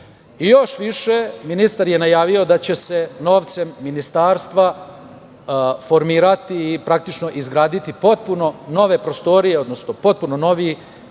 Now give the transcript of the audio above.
i još više, ministar je najavio da će se novcem Ministarstva formirati i praktično izgraditi potpuno nove prostorije, odnosno potpuno novi